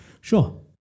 Sure